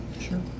sure